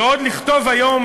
ועוד לכתוב היום,